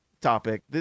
topic